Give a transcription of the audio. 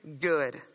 good